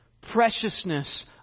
preciousness